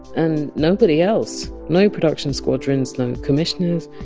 and nobody else. no production squadrons, no and commissioners,